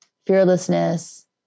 fearlessness